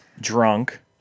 Drunk